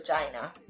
vagina